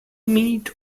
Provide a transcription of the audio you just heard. meat